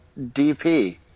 DP